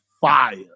fire